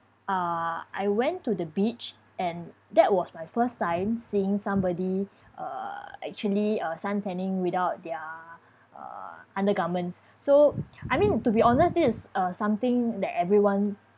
uh I went to the beach and that was my first time seeing somebody uh actually uh suntanning without their uh undergarments so I mean to be honest this is uh something that everyone